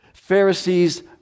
Pharisees